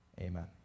amen